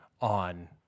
on